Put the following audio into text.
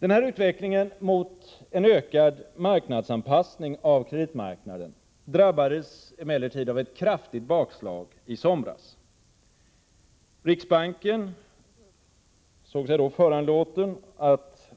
Denna utveckling mot en ökad marknadsanpassning av kreditmarknaden drabbades emellertid av ett kraftigt bakslag i somras. Riksbanken såg sig då föranlåten